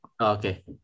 Okay